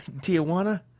Tijuana